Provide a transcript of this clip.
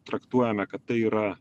traktuojame kad tai yra